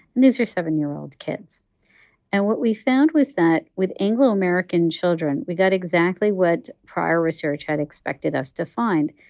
and these are seven year old kids and what we found was that with anglo-american children, we got exactly what prior research had expected us to find.